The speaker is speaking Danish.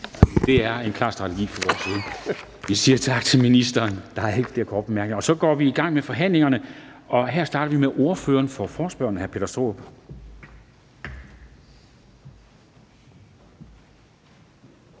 Det er en klar strategi fra vores side. Vi siger tak til ministeren. Der er ikke flere korte bemærkninger. Så går vi i gang med forhandlingerne, og her starter vi med ordføreren for forespørgerne, hr. Peter Skaarup.